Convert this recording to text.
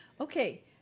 Okay